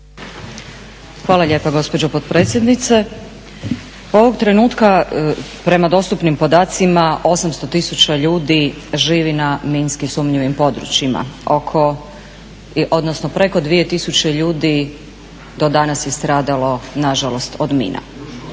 Hvala lijepa gospođo potpredsjednice. Pa ovog trenutka prema dostupnim podacima 800 tisuća ljudi živi na minski sumnjivim područjima, odnosno preko 2000 ljudi do danas je stradalo nažalost od mina.